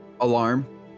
Alarm